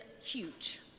huge